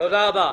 תודה רבה.